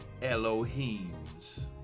Elohims